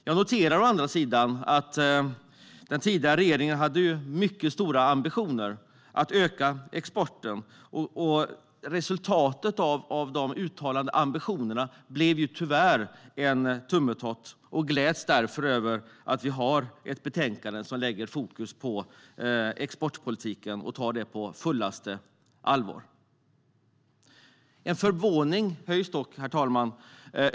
Jag noterar å andra sidan att av den tidigare regeringens mycket stora ambitioner att öka exporten blev det tyvärr bara en tummetott. Jag gläds därför över att detta betänkande sätter fokus på exportpolitiken och tar den på fullaste allvar. Herr talman!